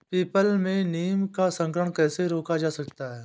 People में नीम का संकरण कैसे रोका जा सकता है?